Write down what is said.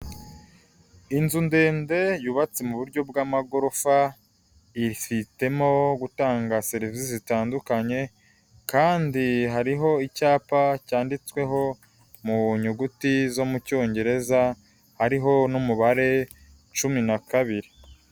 Inzu ndende yubatse mu buryo bw'amagorofa, ifitemo gutanga serivisi zitandukanye, kandi hariho icyapa cyanditsweho mu nyuguti zo mu Cyongereza, hariho n'umubare cumi na kabiri.